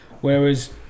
Whereas